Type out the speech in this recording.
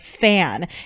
fan